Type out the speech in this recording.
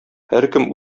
һәркем